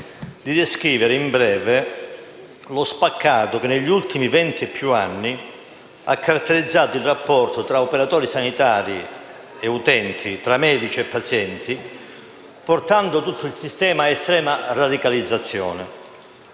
di descrivere in breve lo spaccato che negli ultimi venti e più anni ha caratterizzato il rapporto tra operatori sanitari e utenti, tra medici e pazienti, portando tutto il sistema ad un'estrema radicalizzazione.